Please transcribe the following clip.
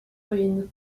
ruines